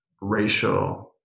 racial